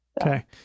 Okay